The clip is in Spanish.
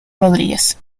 rodríguez